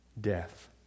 death